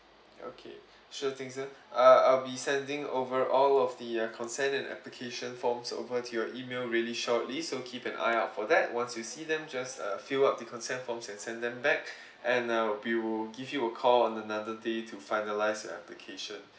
okay sure thing sir uh I'll be sending over all of the uh consent and application forms over to your email really shortly so keep an eye out for that once you see them just uh fill up the consent forms and send them back and uh we will give you a call on another day to finalise your application